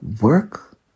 work